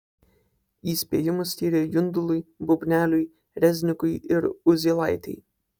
įspėjimus skyrė jundului bubneliui reznikui ir uzielaitei